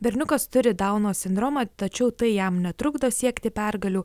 berniukas turi dauno sindromą tačiau tai jam netrukdo siekti pergalių